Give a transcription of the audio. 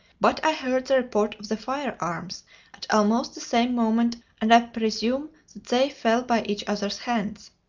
but i heard the report of the firearms at almost the same moment, and i presume that they fell by each other's hands.